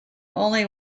only